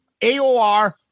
AOR